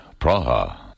Praha